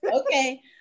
Okay